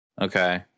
Okay